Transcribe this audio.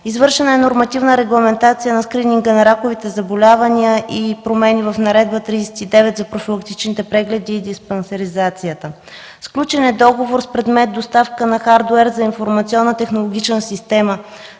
Извършена е нормативна регламентация на скрининга на раковите заболявания и промени в Наредба 39 за профилактичните прегледи и диспансеризацията. Сключен е договор с предмет доставка на хардуер за информационна технологична система,